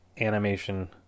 animation